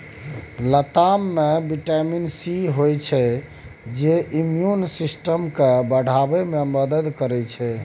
लताम मे vitamin C होइ छै जे इम्युन सिस्टम केँ बढ़ाबै मे मदद करै छै